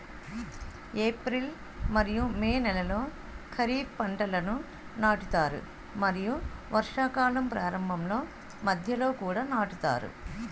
April మరియు May నెలలో ఖరీఫ్ పంటలను నాటుతారు మరియు వర్షాకాలం ప్రారంభంలో మధ్యలో కూడా నాటుతారు